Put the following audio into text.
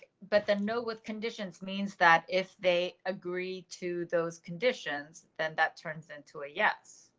but the know with conditions means that if they agree to those conditions, then that turns into a yes.